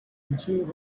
into